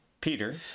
Peter